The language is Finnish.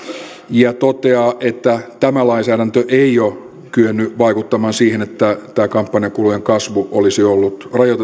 ja toteaa että tämä lainsäädäntö ei ole kyennyt vaikuttamaan siihen että kampanjakulujen kasvu olisi ollut rajoitetumpaa